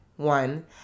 One